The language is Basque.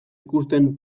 ikusten